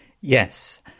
yes